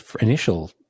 initial